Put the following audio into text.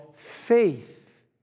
Faith